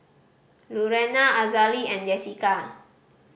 Lurena Azalee and Jessika